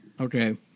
Okay